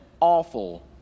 awful